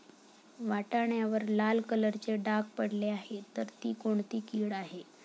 वाटाण्यावर लाल कलरचे डाग पडले आहे तर ती कोणती कीड आहे?